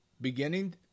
beginning